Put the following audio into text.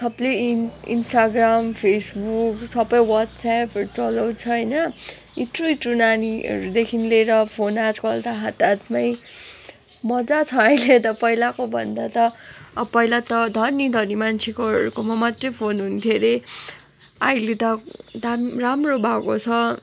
सबले इन Instagram Facebook सबै वाट्सएपहरू चलाउँछ होइन इत्रु इत्रु नानीहरूदेखि लिएर फोन आजकल त हात हातमै मजा छ अहिले त पहिलाको भन्दा त अब पहिला त धनी धनी मान्छेहरूको मात्रै फोन हुन्थ्यो अरे अहिले त दाम राम्रो भएको छ